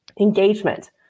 Engagement